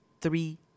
three